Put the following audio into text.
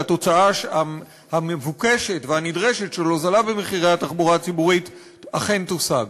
והתוצאה המבוקשת והנדרשת של הוזלה במחירי התחבורה הציבורית אכן תושג.